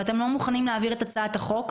ואתם לא מוכנים להעביר את הצעת החוק,